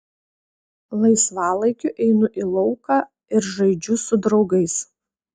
laisvalaikiu einu į lauką ir žaidžiu su draugais